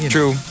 True